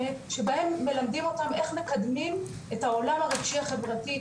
שבהם מלמדים אותם איך מקדמים את העולם הרגישי החברתי,